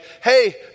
hey